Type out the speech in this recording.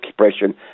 expression